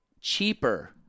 cheaper